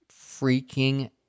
freaking